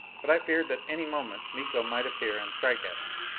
but i feared that any moment miko might appear and strike at us.